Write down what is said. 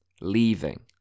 leaving